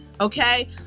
okay